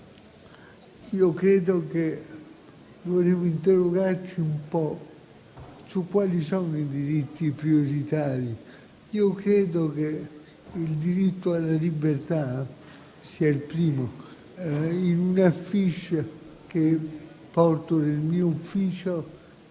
Io credo che il diritto alla libertà sia il primo. In un *affiche* che porto nel mio ufficio